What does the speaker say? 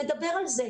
נדבר על זה.